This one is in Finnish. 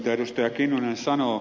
kimmo kiljunen sanoo